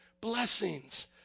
blessings